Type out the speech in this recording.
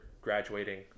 graduating